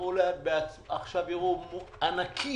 ייראו עכשיו ענקיים.